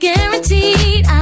Guaranteed